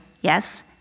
yes